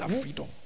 freedom